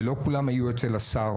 ולא כולם היו אצל השר.